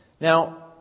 Now